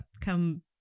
come